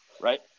right